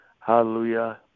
hallelujah